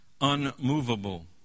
unmovable